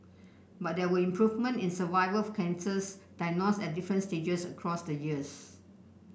but there was improvement in survival for cancers diagnosed at different stages across the years